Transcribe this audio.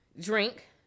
drink